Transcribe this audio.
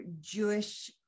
Jewish